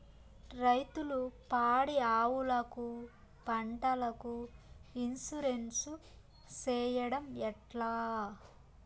రైతులు పాడి ఆవులకు, పంటలకు, ఇన్సూరెన్సు సేయడం ఎట్లా?